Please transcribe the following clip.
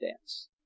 dance